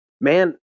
man